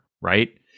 right